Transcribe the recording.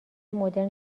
مدرن